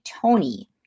Tony